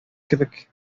кебек